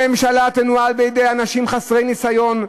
הממשלה תנוהל בידי אנשים חסרי ניסיון,